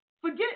Forget